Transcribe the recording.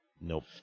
Nope